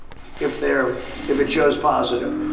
if they're if it shows positive.